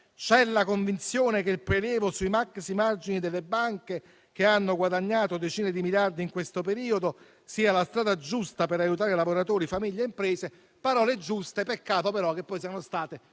era la convinzione che il prelievo sui maximargini delle banche che hanno guadagnato decine di miliardi in questo periodo fosse la strada giusta per aiutare lavoratori, famiglie ed imprese. Parole giuste: peccato, però, che poi siano state